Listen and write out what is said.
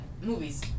movies